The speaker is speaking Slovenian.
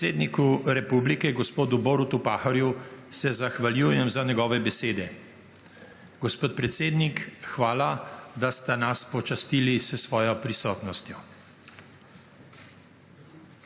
Predsedniku republike gospodu Borutu Pahorju se zahvaljujem za njegove besede. Gospod predsednik, hvala, da ste nas počastili s svojo prisotnostjo.